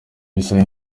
bisaba